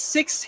Six